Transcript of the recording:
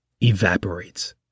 evaporates